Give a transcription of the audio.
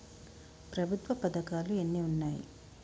ప్రభుత్వ పథకాలు ఎన్ని ఉన్నాయి?